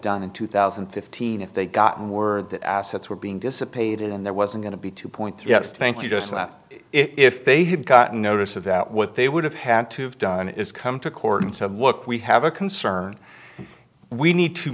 done in two thousand and fifteen if they'd gotten word that assets were being dissipated and there wasn't going to be two point three s thank you just so that if they had gotten notice of that what they would have had to have done is come to court and said look we have a concern we need to